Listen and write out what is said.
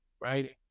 Right